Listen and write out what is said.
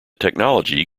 technology